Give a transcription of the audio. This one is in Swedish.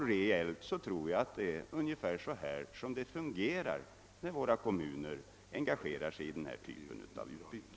Reellt tror jag också att det fungerar ungefär på detta sätt när våra kommuner engagerar sig i denna typ av utbyte.